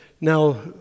now